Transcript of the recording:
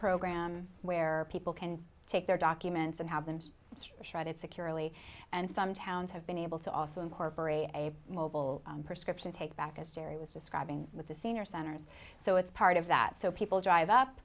program where people can take their documents and have them so it's a shredded securely and some towns have been able to also incorporate a mobile prescription take back as jerry was describing with the senior centers so it's part of that so people drive up